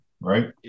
right